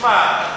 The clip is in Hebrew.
שמע,